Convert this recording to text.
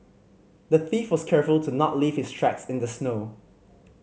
the thief was careful to not leave his tracks in the snow